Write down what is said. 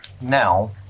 Now